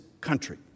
country